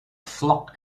flock